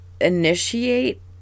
initiate